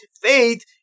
faith